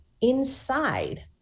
inside